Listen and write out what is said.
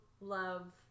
love